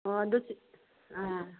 ꯑꯣ ꯑꯗꯣ ꯑꯥ